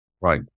Right